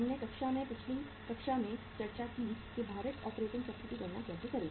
हमने कक्षा में पिछली कक्षा में चर्चा की कि भारित ऑपरेटिंग चक्र की गणना कैसे करें